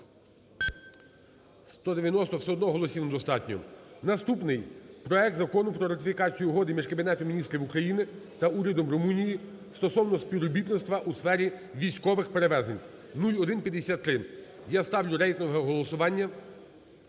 Наступний. Проект Закону про ратифікацію Угоди між Кабінетом Міністрів України та Урядом Румунії стосовно співробітництва у сфері військових перевезень (0153). Я ставлю рейтингове голосування.